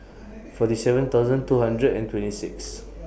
forty seven thousand two hundred and twenty six